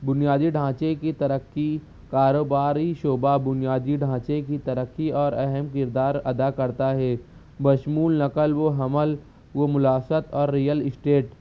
بنیادی ڈھانچے کی ترقی کاروباری شعبہ بنیادی ڈھانچے کی ترقی اور اہم کردار ادا کرتا ہے بشمول نقل و حمل و ملاست اور ریئل اسٹیٹ